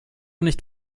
nicht